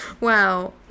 Wow